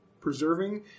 preserving